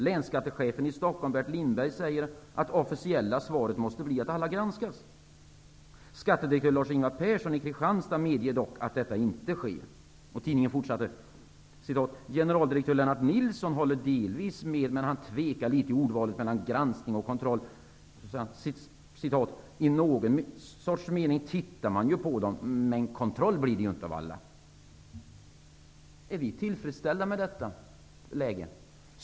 Länsskattechefen i Stockholm, Bert Lindberg, säger att det officiella svaret måste vara att alla granskas. Skattedirektör Lars-Ingvar Persson i Kristianstad medger dock att detta inte sker. Artikeln fortsätter med att generaldirektör Lennart Nilsson håller delvis med, men han tvekar litet i ordvalet mellan granskning och kontroll. Han säger att man i någon sorts mening tittar på alla deklarationer men att det inte blir kontroll av alla. Är vi tillfredsställda med detta läge?